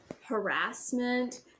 harassment